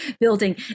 building